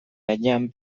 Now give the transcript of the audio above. gainean